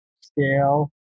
scale